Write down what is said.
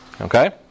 Okay